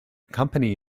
company